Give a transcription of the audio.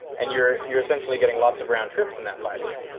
and you're you're essentially getting lots of round trips in that fiber,